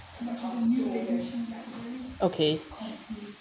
okay